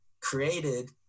created